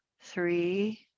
three